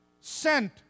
sent